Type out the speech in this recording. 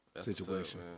situation